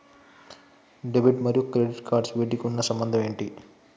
Debit మరియు credit cards వీటికి ఉన్న సంబంధం ఏంటి?